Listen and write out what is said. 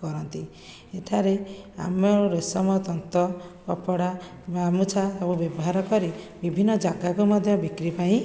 କରନ୍ତି ଏଠାରେ ଆମ ରେଶମ ତନ୍ତ କପଡ଼ା ଗାମୁଛା ସବୁ ବ୍ୟବହାର କରି ବିଭିନ୍ନ ଜାଗାକୁ ମଧ୍ୟ ବିକ୍ରି ପାଇଁ